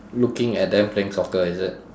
looking at them playing soccer is it